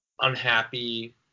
unhappy